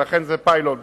ולכן זה פיילוט,